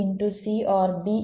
C OR B